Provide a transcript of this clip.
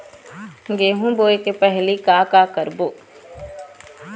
गेहूं बोए के पहेली का का करबो?